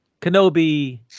Kenobi